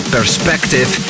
Perspective